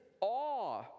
awe